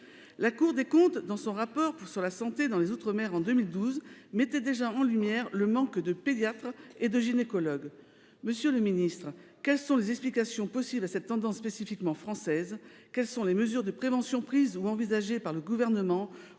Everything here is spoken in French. La Cour des comptes, dans son rapport sur la santé dans les outre-mer en 2012, mettait déjà en lumière le manque de pédiatres et de gynécologues. Monsieur le ministre, quelles sont les explications possibles à cette tendance spécifiquement française ? Quelles sont les mesures de prévention prises ou envisagées par le Gouvernement